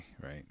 right